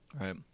Right